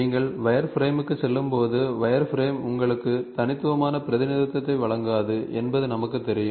நீங்கள் வயர்ஃப்ரேமுக்குச் செல்லும்போது வயர்ஃப்ரேம் உங்களுக்கு தனித்துவமான பிரதிநிதித்துவத்தை வழங்காது என்பது நமக்கு தெரியும்